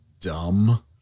dumb